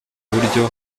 buryo